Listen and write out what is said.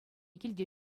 килте